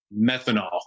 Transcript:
methanol